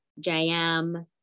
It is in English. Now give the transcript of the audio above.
JM